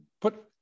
put